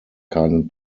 keinen